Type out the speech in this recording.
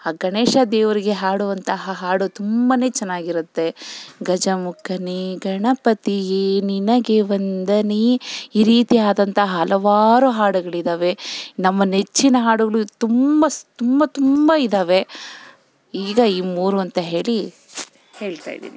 ಆ ಗಣೇಶ ದೇವರಿಗೆ ಹಾಡುವಂತಹ ಹಾಡು ತುಂಬನೇ ಚೆನ್ನಾಗಿರುತ್ತೆ ಗಜಮುಖನೇ ಗಣಪತಿಯೇ ನಿನಗೆ ವಂದನೆ ಈ ರೀತಿಯಾದಂಥ ಹಲವಾರು ಹಾಡುಗಳಿದ್ದಾವೆ ನಮ್ಮ ನೆಚ್ಚಿನ ಹಾಡುಗಳು ತುಂಬ ಸ್ ತುಂಬ ತುಂಬ ಇದಾವೆ ಈಗ ಈ ಮೂರು ಅಂತ ಹೇಳಿ ಹೇಳ್ತಾಯಿದ್ದೀನಿ